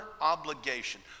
obligation